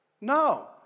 No